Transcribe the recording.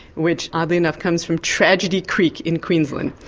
which oddly enough comes from tragedy creek in queensland.